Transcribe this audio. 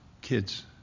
kids